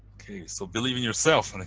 so believe in yourself,